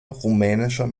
rumänischer